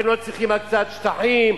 הם לא צריכים הקצאת שטחים,